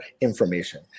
information